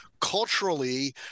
culturally